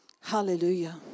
Hallelujah